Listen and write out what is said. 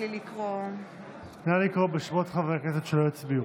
לקרוא בשמות חברי הכנסת שלא הצביעו.